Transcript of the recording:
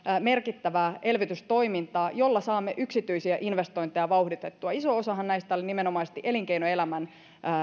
merkittävää elvytystoimintaa jolla saamme yksityisiä investointeja vauhditettua iso osahan näistä oli nimenomaisesti elinkeinoelämän